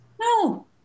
No